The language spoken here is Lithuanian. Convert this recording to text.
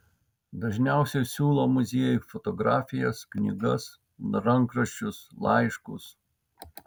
dažniausiai siūlo muziejui fotografijas knygas rankraščius laiškus